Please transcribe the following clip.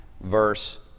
verse